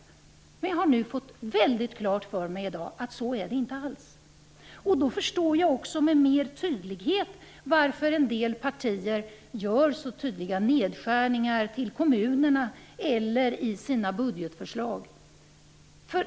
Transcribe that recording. Men jag har i dag fått väldigt klart för mig att så är det inte alls. Då förstår jag också bättre varför en del partier gör så tydliga nedskärningar för kommunerna i sina budgetförslag.